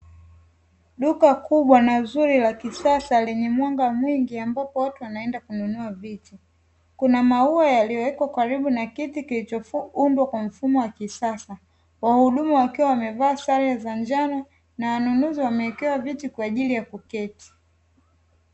Duka kubwa na zuri la kisasa lenye mwanga mwingi ambapo watu wanaenda kununua vitu, kuna maua yaliyowekwa karibu na kiti kilichoundwa kwa mfumo wa kisasa. Wahudumu wakiwa wamevaa sare za njano na wanunuzi wamewekewa viti kwa ajili ya kuketi.